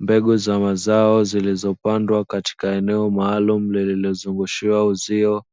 Mbegu za mazao zilizopandwa katika eneo maalumu linalozungushiwa uzio